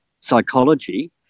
Psychology